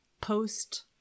post